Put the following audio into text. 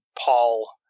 Paul